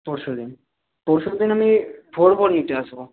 পরশুদিন পরশুদিন আমি ভোর ভোর নিতে আসবো